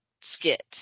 skit